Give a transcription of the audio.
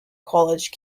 college